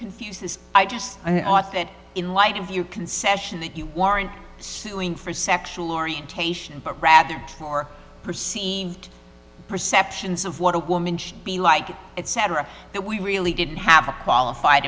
confuse this i just thought that in light of your concession that you weren't suing for sexual orientation but rather for perceived perceptions of what a woman should be like etc that we really didn't have a qualified